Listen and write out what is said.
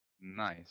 Nice